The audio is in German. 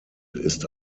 ist